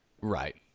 Right